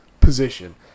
position